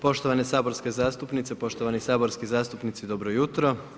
Poštovane saborske zastupnice, poštovani saborski zastupnici, dobro jutro.